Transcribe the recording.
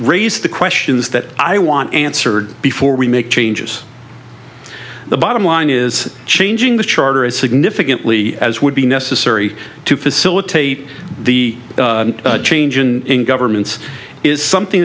raised the questions that i want answered before we make changes the bottom line is changing the charter as significantly as would be necessary to facilitate the change in governments is something